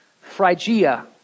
Phrygia